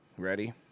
ready